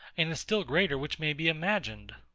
and a still greater which may be imagined?